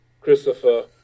Christopher